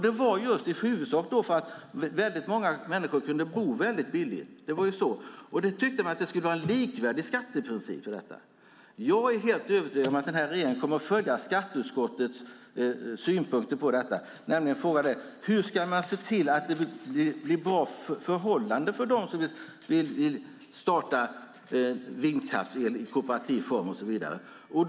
Det var just i huvudsak för att väldigt många människor kunde bo väldigt billigt, och man tyckte att det skulle vara en likvärdig skatteprincip för detta. Jag är helt övertygad om att denna regering kommer att följa skatteutskottets synpunkter på detta. Frågan är nämligen: Hur ska man se till att det blir bra förhållanden för dem som vill starta produktion av vindkraftsel i kooperativ form och så vidare?